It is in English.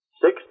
Six